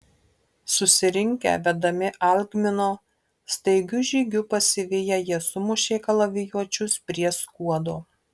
susirinkę vedami algmino staigiu žygiu pasiviję jie sumušė kalavijuočius prie skuodo